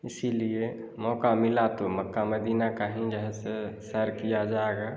इसलिए मौका मिला तो मक्का मदीना का हीं जे है से सैर किया जाएगा